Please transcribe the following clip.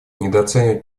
недооценивать